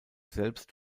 selbst